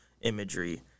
imagery